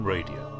Radio